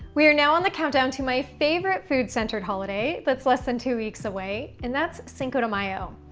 we are now on the countdown to my favorite food-centered holiday, that's less than two weeks away and that's cinco de mayo.